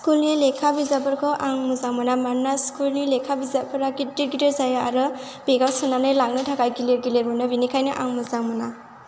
स्कुलनि लेखा बिजाबफोरखौ आं मोजां मोना मानोना स्कुलनि लेखा बिजाबफोरा गिदिर गिदिर जायो आरो बेगाव सोनानै लांनो थाखाय गिलिर गिलिर मोनो बेनिखायनो आं मोजां मोना